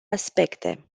aspecte